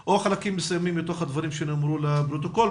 או חלקים מסוימים מתוך הדברים שנאמרו לפרוטוקול,